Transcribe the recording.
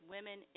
Women